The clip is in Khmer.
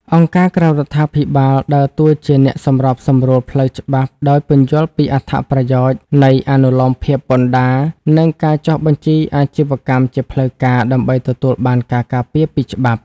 អង្គការក្រៅរដ្ឋាភិបាលដើរតួជាអ្នកសម្របសម្រួលផ្លូវច្បាប់ ដោយពន្យល់ពីអត្ថប្រយោជន៍នៃអនុលោមភាពពន្ធដារ និងការចុះបញ្ជីអាជីវកម្មជាផ្លូវការ ដើម្បីទទួលបានការការពារពីច្បាប់។